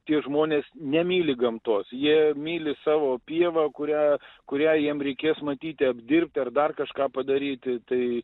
tie žmonės nemyli gamtos jie myli savo pievą kurią kurią jam reikės matyti apdirbti ir dar kažką padaryti tai